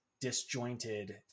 disjointed